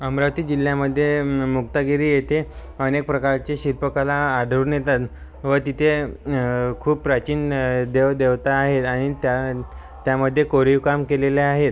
अमरावती जिल्ह्यामध्ये मुक्तागिरी येथे अनेक प्रकारचे शिल्पकला आढळून येतात व तिथे खूप प्राचीन देवदेवता आहेत आणि त्या त्यामध्ये कोरीव काम केलेले आहेत